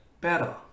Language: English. better